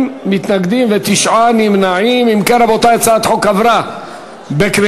ההצעה להעביר את הצעת חוק הגנת סמלים (תיקון,